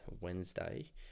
Wednesday